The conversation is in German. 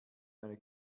eine